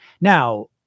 now